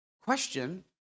Question